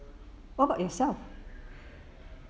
what about itself